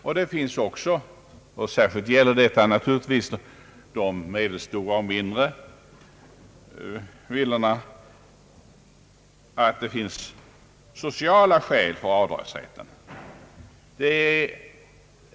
Dessutom finns det — och det gäller särskilt de medelstora och mindre villorna — sociala skäl för avdragsrätten.